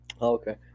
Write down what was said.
Okay